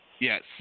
Yes